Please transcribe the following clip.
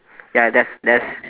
ya there's there's